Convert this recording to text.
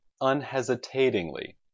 unhesitatingly